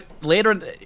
later